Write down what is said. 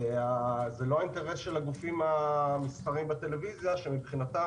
זה לא האינטרס של הגופים המסחריים בטלוויזיה שמבחינתם